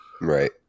Right